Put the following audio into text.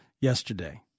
yesterday